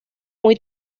muy